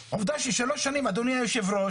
את הדרישה האלמנטרית שלי כנציג של התושבים האלה,